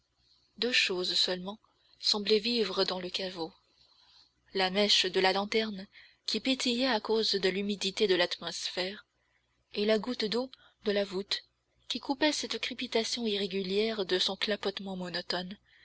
deux choses seulement semblaient vivre dans le caveau la mèche de la lanterne qui pétillait à cause de l'humidité de l'atmosphère et la goutte d'eau de la voûte qui coupait cette crépitation irrégulière de son clapotement monotone